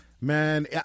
Man